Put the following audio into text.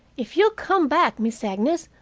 if you'll come back, miss agnes,